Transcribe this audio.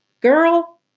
girl